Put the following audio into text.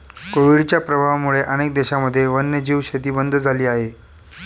कोविडच्या प्रभावामुळे अनेक देशांमध्ये वन्यजीव शेती बंद झाली आहे